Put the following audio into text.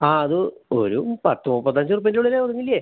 ആ അത് ഒരു പത്ത് മുപ്പത്തഞ്ച് റുപ്യേൻ്റെ ഉള്ളില് ഒതുങ്ങില്ല്യേ